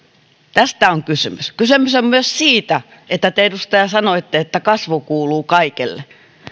tästä on kysymys kysymys on myös siitä että te edustaja sanoitte että kasvu kuuluu